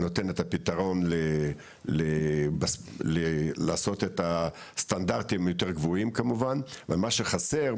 נותן את הפתרון לעשות את הסטנדרטים יותר גבוהים כמובן ומה שחסר,